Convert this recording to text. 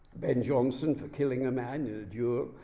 and jonson for killing a man in a duel,